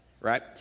right